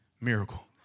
miracle